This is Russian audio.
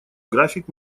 график